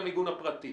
למיגון הפרטי.